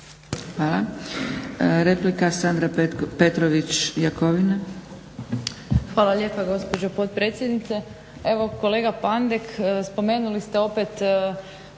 Jakovina, Sandra (SDP)** Hvala lijepa gospođo potpredsjednice. Evo kolega Pandek spomenuli ste opet